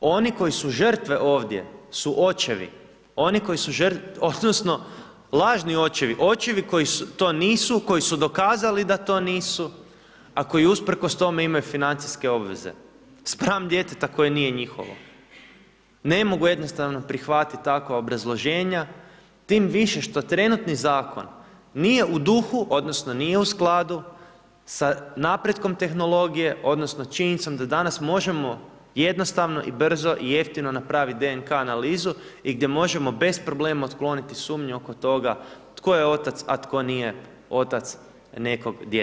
Oni koji su žrtve ovdje su očevi, oni koji su, odnosno lažni očevi, očevi koji to nisu, koji su dokazali da to nisu, a koji usprkos tome imaju financijske obveze spram djeteta koje nije njihove, ne mogu jednostavno prihvatit takva obrazloženja, tim više što trenutni zakon nije u duhu odnosno nije u skladu sa napretkom tehnologije odnosno činjenicom da danas možemo jednostavno i brzo i jeftino napravit DNK analizu i gdje možemo bez problema otkloniti sumnju oko toga tko je otac, a tko nije otac nekog djeteta.